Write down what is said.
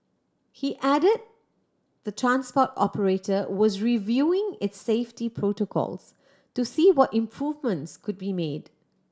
he add the transport operator was reviewing its safety protocols to see what improvements could be made